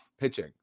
pitching